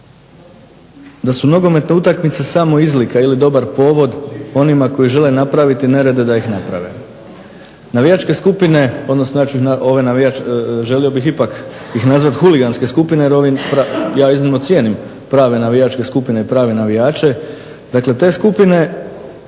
da su nogometne utakmice samo izlika ili dobar povod onima koji žele napraviti nerede da ih naprave. Navijačke skupine, odnosno želio bih ipak ih nazvati huliganske skupine jer ja iznimno cijenim prave navijačke skupine i prave navijače. Dakle, te skupine